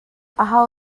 aho